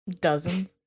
Dozens